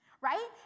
right